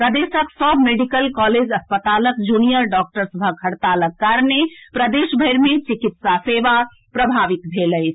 प्रदेशक सभ medical college अस्पतालक जूनियर डॉक्टर सभक हड़तालक कारणे प्रदेश भरि मे चिकित्सा सेवा प्रभावित भेल अछि